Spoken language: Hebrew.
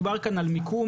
דובר כאן על מיקום,